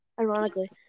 ironically